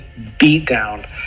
beatdown